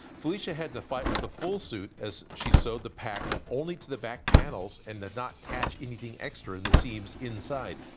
felicia had to fight with the full suit as she sewed the pack only to the back panels and did not catch anything extra in the seams inside.